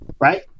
right